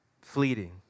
fleeting